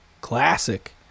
classic